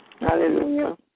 Hallelujah